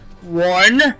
one